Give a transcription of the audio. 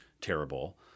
terrible